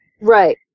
Right